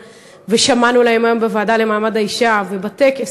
ושמענו עליהן היום בוועדה לקידום מעמד האישה ובטקס,